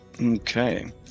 Okay